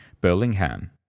Burlingham